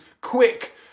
quick